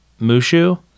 Mushu